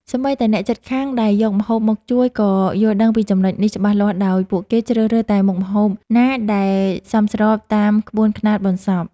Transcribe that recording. សូម្បីតែអ្នកជិតខាងដែលយកម្ហូបមកជួយក៏យល់ដឹងពីចំណុចនេះច្បាស់លាស់ដោយពួកគេជ្រើសរើសតែមុខម្ហូបណាដែលសមស្របតាមក្បួនខ្នាតបុណ្យសព។